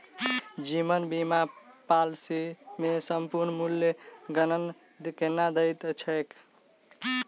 जीवन बीमा पॉलिसी मे समर्पण मूल्यक गणना केना होइत छैक?